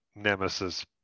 Nemesis